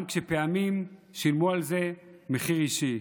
גם כשפעמים שילמו על זה מחיר אישי.